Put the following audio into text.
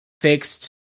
fixed